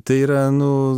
tai yra nu